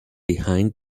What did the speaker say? behind